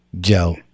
Joe